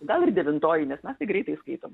gal ir devintoji nes mes tai greitai skaitom